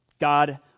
God